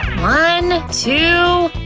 one two